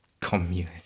community